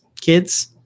kids